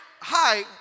hi